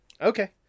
okay